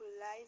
life